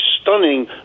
stunning